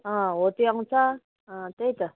हो त्यो आउँछ त्यही त